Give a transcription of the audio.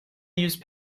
use